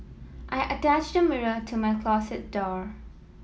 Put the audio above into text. I attached a mirror to my closet door